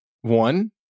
One